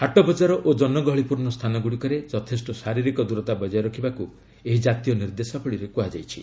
ହାଟବଜାର ଓ ଜନଗହଳିପୂର୍ଣ୍ଣ ସ୍ଥାନଗୁଡ଼ିକରେ ଯଥେଷ୍ଟ ଶାରୀରିକ ଦୂରତା ବଜାୟ ରଖିବାକୁ ଏହି କାତୀୟ ନିର୍ଦ୍ଦେଶାବଳୀରେ କୁହାଯାଇଛି